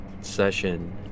session